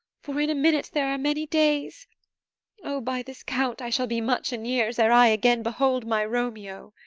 for in a minute there are many days o, by this count i shall be much in years ere i again behold my romeo!